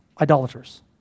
idolaters